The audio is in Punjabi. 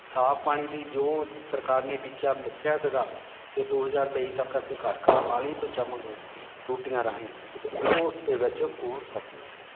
ਸਾਫ ਪਾਣੀ ਦੀ ਜੋ ਸਰਕਾਰ ਨੇ ਟੀਚਾ ਮਿਥਿਆ ਸੀਗਾ ਕਿ ਦੋ ਹਜ਼ਾਰ ਤੇਈ ਤੱਕ ਅਸੀਂ ਘਰ ਘਰ ਪਾਣੀ ਪਹੁੰਚਾਵਾਂਗੇ ਟੂਟੀਆਂ ਰਾਹੀਂ ਉਹ ਉਸ ਦੇ ਵਿੱਚ ਉਹ ਸਫਲ ਹੋਏ